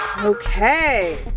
Okay